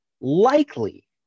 Likely